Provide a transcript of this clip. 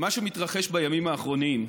מה שמתרחש בימים האחרונים,